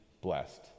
blessed